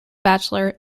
bachelor